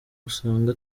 gusanga